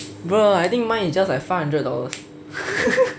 bro I think mine is just like five hundred dollars